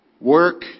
work